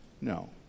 No